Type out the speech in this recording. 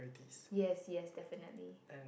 yes yes definitely